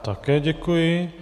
Také děkuji.